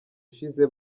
ushize